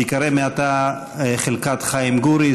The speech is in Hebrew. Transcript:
תיקרא מעתה חלקת חיים גורי,